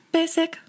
Basic